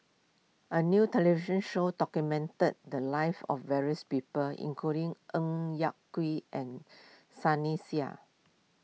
a new television show documented the lives of various people including Ng Yak Whee and Sunny Sia